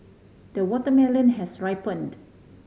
the watermelon has ripened